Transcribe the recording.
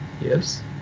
Yes